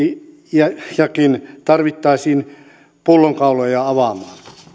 ja investointejakin tarvittaisiin pullonkauloja avaamaan